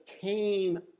came